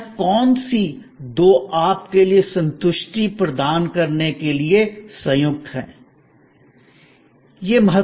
या कौन सी दो आप के लिए संतुष्टि प्रदान करने के लिए संयुक्त हैं